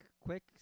quick